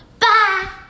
Bye